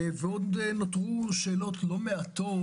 ועוד נותרו שאלות לא מעטות.